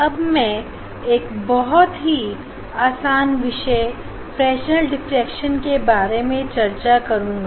अब मैं एक बहुत ही आसान विषय फ्रेशनल डिफ्रेक्शन के बारे में चर्चा करूंगा